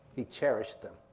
he cherished them.